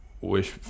wish